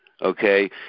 Okay